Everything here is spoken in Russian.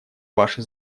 ваше